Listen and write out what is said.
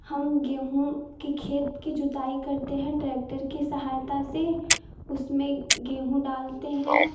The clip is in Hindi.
हम गेहूँ की खेत की जुताई करते हैं ट्रैक्टर की सहायता से उसमें गेहूँ डालते हैं